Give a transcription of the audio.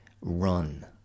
run